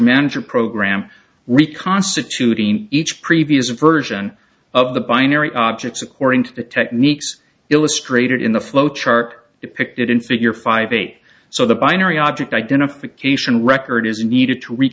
manager program reconstituting each previous version of the binary objects according to the techniques illustrated in the flow chart depicted in figure five eight so the binary object identification record is needed to re